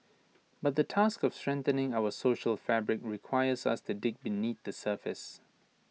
but the task of strengthening our social fabric requires us to dig beneath the surface